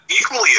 equally